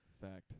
Fact